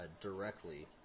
directly